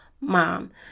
mom